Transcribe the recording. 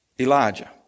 Elijah